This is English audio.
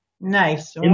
Nice